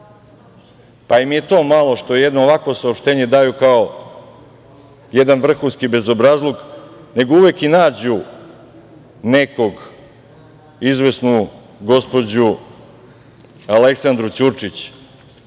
im je i to malo što jedno ovakvo saopštenje daju kao jedan vrhunski bezobrazluk, nego uvek nađu nekog, izvesnu gospođu Aleksandru Ćurčić,